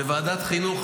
בוועדת חינוך,